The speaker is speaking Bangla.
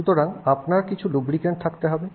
সুতরাং আপনার কিছু লুব্রিক্যান্ট থাকতে হবে